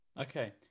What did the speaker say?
okay